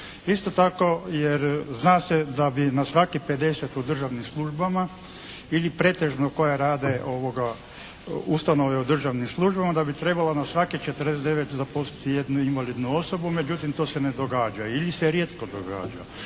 Isto tako jer zna se da bi na svakih 50 u državnim službama ili pretežno koja rade ustanove u državnim službama da bi trebala na svakih 49 zaposliti jednu invalidnu osobu međutim to se ne događa. Ili se rijetko događa.